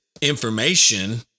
information